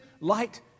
light